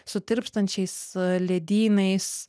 su tirpstančiais ledynais